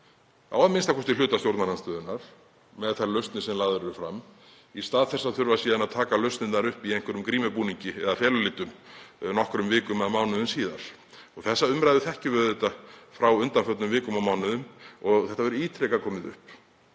á a.m.k. hluta stjórnarandstöðunnar um þær lausnir sem lagðar eru fram, í stað þess að þurfa síðan að taka lausnirnar upp í einhverjum grímubúningi eða felulitum nokkrum vikum eða mánuðum síðar. Þessa umræðu þekkjum við auðvitað frá undanförnum vikum og mánuðum og það hefur ítrekað komið upp.